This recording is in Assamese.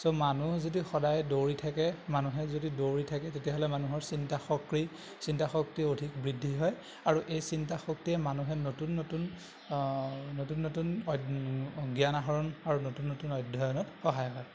চ' মানুহ যদি সদায় দৌৰি থাকে মানুহে যদি দৌৰি থাকে তেতিয়াহ'লে মানুহৰ চিন্তা শক্ৰি চিন্তা শক্তি অধিক বৃদ্ধি হয় আৰু এই চিন্তা শক্তিয়ে মানুহে নতুন নতুন নতুন নতুন জ্ঞান আহৰণ আৰু নতুন নতুন অধ্যয়নত সহায় হয়